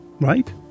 right